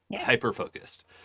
hyper-focused